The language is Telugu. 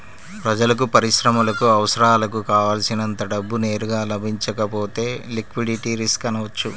ప్రజలకు, పరిశ్రమలకు అవసరాలకు కావల్సినంత డబ్బు నేరుగా లభించకపోతే లిక్విడిటీ రిస్క్ అనవచ్చు